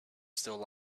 still